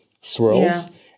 swirls